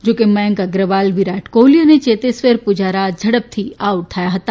જો કે મયંક અગ્રવાલ વિરાટ કોહલી અને ચેતેશ્વર પૂજારા ઝડપથી આઉટ થયા હતા